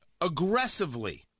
aggressively